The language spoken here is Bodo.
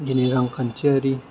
दिनै रांखान्थियारि